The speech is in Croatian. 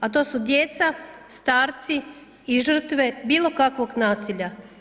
A to su djeca, starci i žrtve bilo kakvog nasilja.